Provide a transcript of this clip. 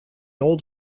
old